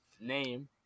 name